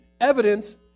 evidence